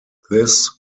this